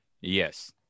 yes